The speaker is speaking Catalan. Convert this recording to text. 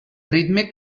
ritme